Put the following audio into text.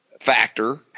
factor